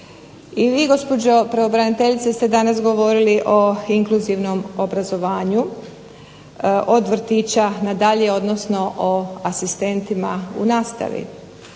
I vi gospođo pravobraniteljice ste danas govorili o inkluzivnom obrazovanju od vrtića na dalje, odnosno o asistentima u nastavi.